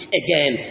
again